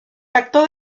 pacto